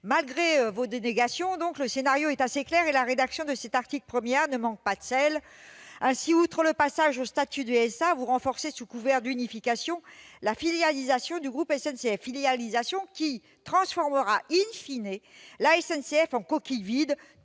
madame la ministre, le scénario est assez clair, et la rédaction de cet article 1 A ne manque pas de sel. Ainsi, outre le passage au statut de SA, vous renforcez sous couvert d'unification la filialisation du groupe SNCF, filialisation qui transformera la SNCF en coquille vide